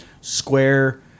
square